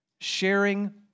sharing